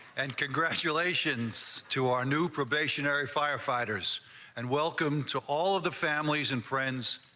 and congratulations to our new probationary firefighters and welcome to all of the families and friends.